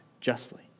justly